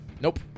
Nope